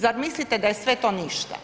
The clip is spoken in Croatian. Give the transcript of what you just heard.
Zar mislite da je sve to ništa?